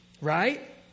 Right